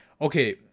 okay